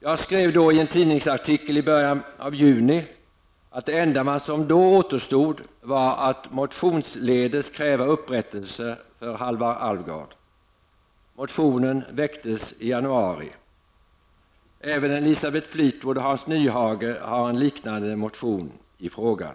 Jag skrev då i en tidningsartikel i början av juni att det enda som återstod var att motionsledes kräva upprättelse för Halvar Alvgard. Motionen väcktes i januari. Även Elisabeth Fleetwood och Hans Nyhage har en liknande motion i frågan.